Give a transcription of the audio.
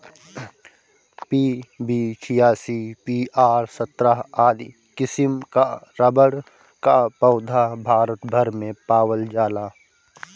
PB छियासी, PR सत्रह आदि किसिम कअ रबड़ कअ पौधा भारत भर में पावल जाला